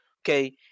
okay